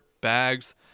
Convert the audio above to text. bags